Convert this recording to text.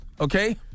okay